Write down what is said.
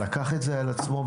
לקח את זה על עצמו,